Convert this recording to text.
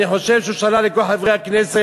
אני חושב שהוא שאל את כל חברי הכנסת